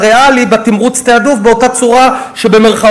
"דפקנו" את "הריאלי" בתמרוץ-תעדוף באותה צורה שבמירכאות,